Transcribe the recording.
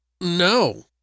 no